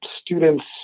students